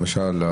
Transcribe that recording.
למשל,